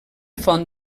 font